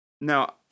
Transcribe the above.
Now